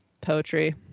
Poetry